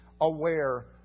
aware